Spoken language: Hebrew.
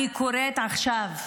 אני קוראת עכשיו: